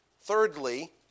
Thirdly